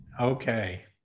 okay